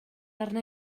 arna